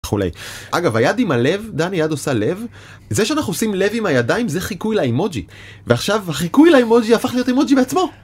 וכו', אגב עם היד עם הלב דני יד עושה לב זה שאנחנו עושים לב עם הידיים זה חיכוי לאימוג'י ועכשיו החיכוי לאימוג'י הפך להיות אימוג'י בעצמו.